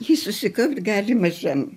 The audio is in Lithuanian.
jis susikaupt gali mažam